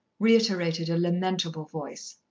reiterated a lamentable voice.